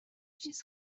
چیز